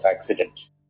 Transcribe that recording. accidents